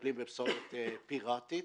שמטפלים בפסולת פיראטית.